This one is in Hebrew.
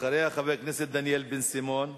אחריה, חבר הכנסת דניאל בן-סימון,